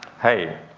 hey,